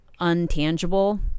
untangible